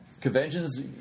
conventions